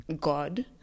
God